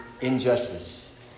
injustice